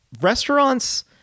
restaurants